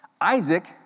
Isaac